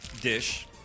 dish